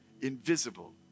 invisible